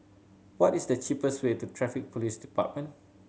what is the cheapest way to Traffic Police Department